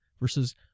Versus